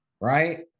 right